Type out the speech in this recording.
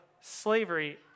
slavery